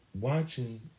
watching